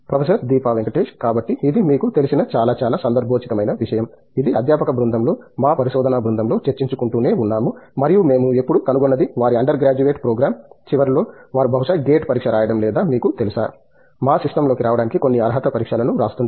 professor Deepa Venkatesh కాబట్టి ఇది మీకు తెలిసిన చాలా చాలా సందర్భోచితమైన విషయం ఇది అధ్యాపక బృందంలో మా పరిశోధనా బృందంలో చర్చించుకుంటూ నే ఉన్నాము మరియు మేము ఎప్పుడూ కనుగొన్నది వారి అండర్ గ్రాడ్యుయేట్ ప్రోగ్రాం చివరిలో వారు బహుశా గేట్ పరీక్ష రాయడం లేదా మీకు తెలుసా మా సిస్టమ్లోకి రావడానికి కొన్ని అర్హత పరీక్షలను వ్రాస్తుంటారు